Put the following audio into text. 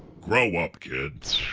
grow up, kid!